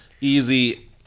easy